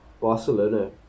barcelona